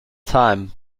time